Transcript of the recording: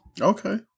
Okay